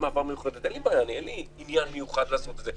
מעבר מיוחדת אין לי עניין לעשות את זה.